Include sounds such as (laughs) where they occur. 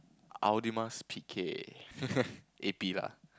P K (laughs) A P lah